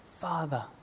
Father